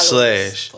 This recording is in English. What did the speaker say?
Slash